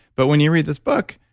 but when you read this book,